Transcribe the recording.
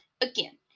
Again